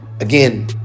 Again